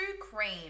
cream